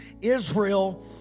Israel